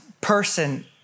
person